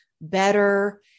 better